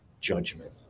judgment